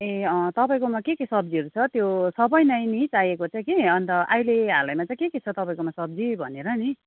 ए अँ तपाईँकोमा के के सब्जीहरू छ त्यो सबै नै नि चाहिएको चाहिँ कि अन्त अहिले हालैमा चाहिँ के के छ तपाईँकोमा सब्जी भनेर नि